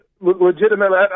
legitimately –